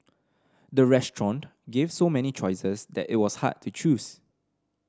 the restaurant gave so many choices that it was hard to choose